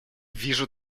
вижу